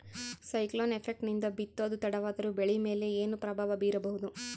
Cyclone effect ನಿಂದ ಬಿತ್ತೋದು ತಡವಾದರೂ ಬೆಳಿ ಮೇಲೆ ಏನು ಪ್ರಭಾವ ಬೀರಬಹುದು?